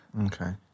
Okay